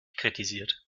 kritisiert